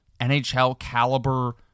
NHL-caliber